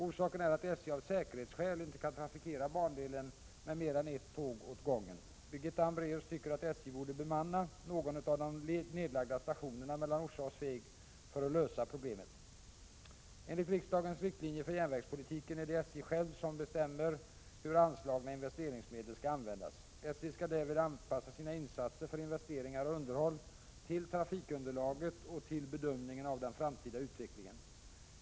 Orsaken är att SJ av säkerhetsskäl inte kan trafikera bandelen med mer än ett tåg åt gången. Birgitta Hambraeus tycker att SJ borde bemanna någon av de nedlagda stationerna mellan Orsa och Sveg för att lösa problemet. Enligt riksdagens riktlinjer för järnvägspolitiken är det SJ själv som skall bestämma hur anslagna investeringsmedel skall användas. SJ skall därvid anpassa sina insatser för investeringar och underhåll till trafikunderlaget och till bedömningen av den framtida utvecklingen.